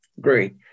Great